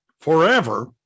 forever